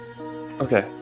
okay